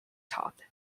top